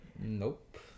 Nope